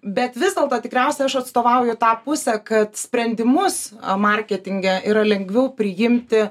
bet vis dėlto tikriausiai aš atstovauju tą pusę kad sprendimus am marketinge yra lengviau priimti